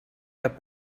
got